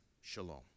Shalom